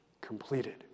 completed